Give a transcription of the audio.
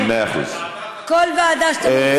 כל ועדה שאתם רוצים.